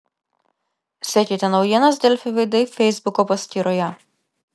sekite naujienas delfi veidai feisbuko paskyroje